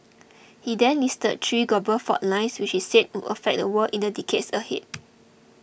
he then listed three global fault lines which he said would affect the world in the decades ahead